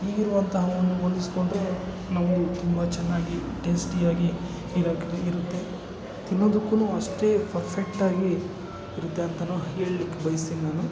ಈಗಿರುವಂತಹ ಒಂದು ಹೋಲಿಸಿಕೊಂಡ್ರೆ ನಾವು ತುಂಬ ಚೆನ್ನಾಗಿ ಟೇಸ್ಟಿಯಾಗಿ ಇದು ಇರುತ್ತೆ ತಿನ್ನೋದಕ್ಕೂ ಅಷ್ಟೇ ಫರ್ಫೆಕ್ಟ್ ಆಗಿ ಇರುತ್ತೆ ಅಂತಲೂ ಹೇಳ್ಲಿಕ್ಕೆ ಬಯಸ್ತೀನಿ ನಾನು